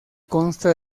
consta